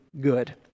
good